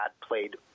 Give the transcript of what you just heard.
played